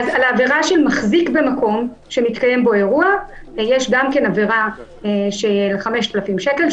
על עבירה של מחזיק במקום שמתקיים בו אירוע יש גם עבירה של 5,000 שקל.